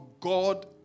God